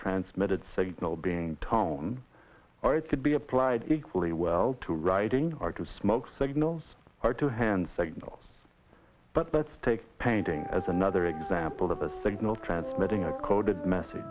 transmitted signal being tone or it could be applied equally well to writing or to smoke signals are to hand signals but lets take painting as another example of a signal transmitting a coded mess